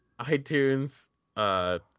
iTunes